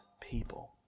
people